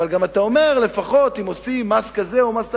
אבל גם אתה אומר: לפחות אם מטילים מס כזה או מס אחר,